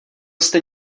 jste